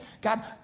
God